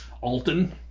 Alton